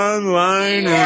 Online